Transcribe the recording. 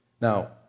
Now